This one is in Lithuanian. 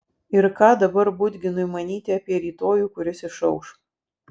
ir ką dabar budginui manyti apie rytojų kuris išauš